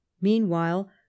Meanwhile